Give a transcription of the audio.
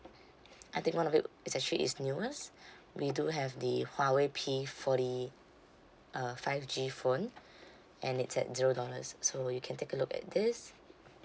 I think one of it is actually is newest we do have the huawei P forty uh five G phone and it's at zero dollars so you can take a look at this